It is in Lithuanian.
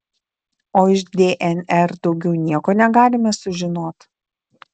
o iš dnr daugiau nieko negalime sužinot